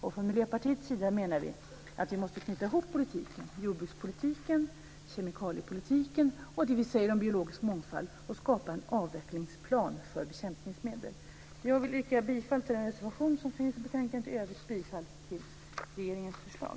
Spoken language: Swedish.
Vi i Miljöpartiet menar att vi måste knyta ihop jordbrukspolitiken, kemikaliepolitiken och det vi säger om biologisk mångfald och skapa en avvecklingsplan för bekämpningsmedel. Jag vill yrka bifall till den reservation som vi har i betänkandet och i övrigt bifall till regeringens förslag.